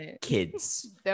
kids